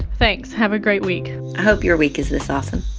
thanks. have a great week i hope your week is this awesome.